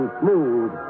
smooth